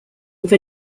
have